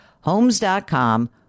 Homes.com